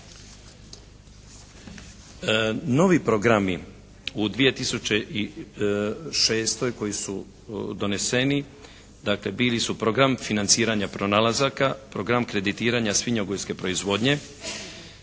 Novi programi u 2006. koji su doneseni, dakle bil isu program financiranja pronalazaka, program kreditiranja svinjogojske proizvodnje,